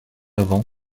avant